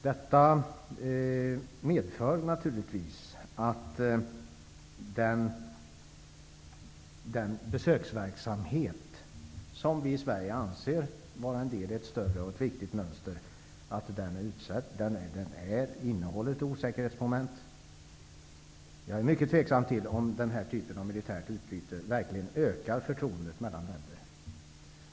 Detta medför naturligtvis att den besöksverksamhet som vi i Sverige anser vara en del i ett större och viktigt mönster innehåller ett osäkerhetsmoment. Jag är mycket tveksam till om denna typ av militärt utbyte verkligen ökar förtroendet mellan länder.